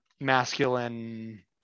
masculine